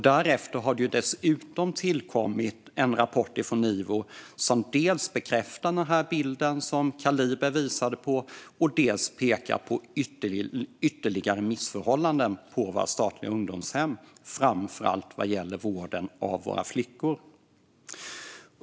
Därefter har det dessutom tillkommit en rapport från Ivo som dels bekräftar den bild som Kaliber visade på, dels pekar på ytterligare missförhållanden på våra statliga ungdomshem, framför allt vad gäller vården av våra flickor.